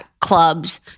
clubs